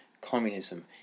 communism